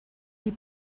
die